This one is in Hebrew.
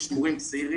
יש מורים צעירים,